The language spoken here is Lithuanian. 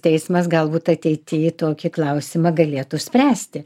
teismas galbūt ateity tokį klausimą galėtų spręsti